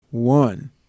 one